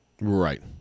Right